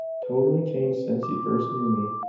totally changed since you first knew me.